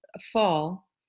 fall